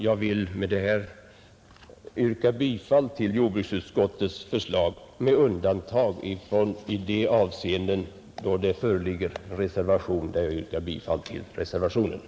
Jag vill med detta yrka bifall till jordbruksutskottets hemställan med undantag för de avsnitt där det föreligger reservation. Där yrkar jag bifall till denna.